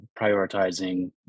prioritizing